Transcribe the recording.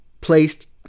placed